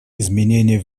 изменения